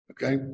Okay